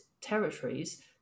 territories